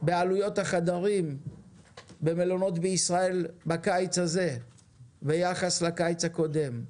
בעלויות החדרים במלונות בישראל בקיץ הזה ביחס לקיץ הקודם.